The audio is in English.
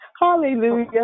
hallelujah